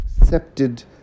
accepted